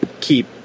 keep